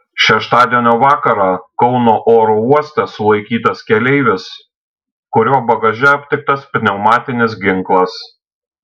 šeštadienio vakarą kauno oro uoste sulaikytas keleivis kurio bagaže aptiktas pneumatinis ginklas